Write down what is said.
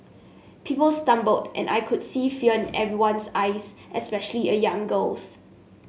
people stumbled and I could see fear everyone's eyes especially a young girl's